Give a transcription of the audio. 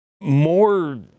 more